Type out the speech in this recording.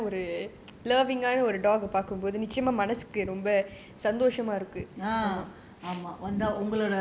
uh